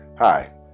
Hi